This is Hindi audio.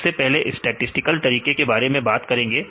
सबसे पहले हम स्टैटिसटिकल तरीके के बारे में बात करेंगे